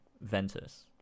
Ventus